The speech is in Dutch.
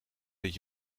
dit